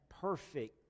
perfect